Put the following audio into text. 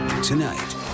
Tonight